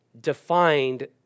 defined